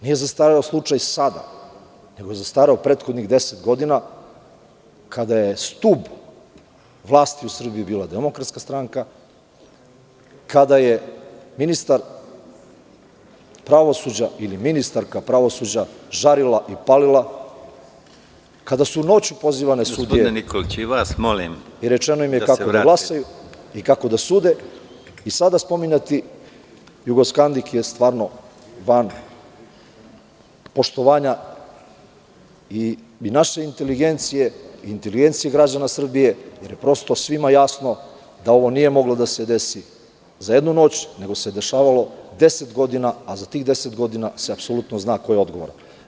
Nije zastareo slučaj sada nego je zastareo u prethodnih deset godina kada je stub vlasti u Srbiji bila DS, kada je ministar odnosno ministarka pravosuđa žarila i palila, kada su noću pozivane sudije i rečeno im je kako da glasaju i kako da sude … (Predsedavajući: Gospodine Nikoliću, molim vas.) … sada spominjati „Jugoskandik“ je stvarno van poštovanja i naše inteligencije i inteligencije građana Srbije jer je svima jasna da ovo nije moglo da se desi za jednu noć nego se dešavalo deset godina, a za tih deset godina se apsolutno zna ko je odgovoran.